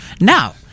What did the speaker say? Now